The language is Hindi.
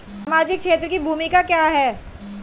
सामाजिक क्षेत्र की भूमिका क्या है?